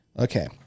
Okay